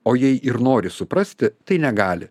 o jei ir nori suprasti tai negali